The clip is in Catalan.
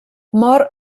mor